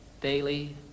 daily